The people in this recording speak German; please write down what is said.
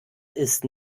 ist